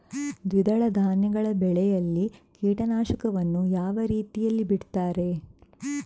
ದ್ವಿದಳ ಧಾನ್ಯಗಳ ಬೆಳೆಯಲ್ಲಿ ಕೀಟನಾಶಕವನ್ನು ಯಾವ ರೀತಿಯಲ್ಲಿ ಬಿಡ್ತಾರೆ?